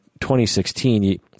2016